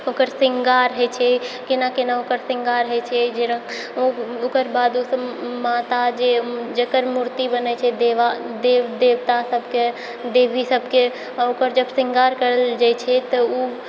ओकर शृङ्गार होइ छै केना केना ओकर शृङ्गार होइ छै ओकर बाद ओकर माता जे जेकर मूर्ति बनै छै देवा देव देवता सबके देवी सबके आओर ओकर जे शृङ्गार करल जाइ छै तऽ उ